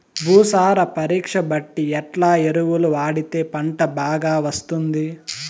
భూసార పరీక్ష బట్టి ఎట్లా ఎరువులు వాడితే పంట బాగా వస్తుంది?